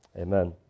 Amen